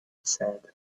said